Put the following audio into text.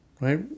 right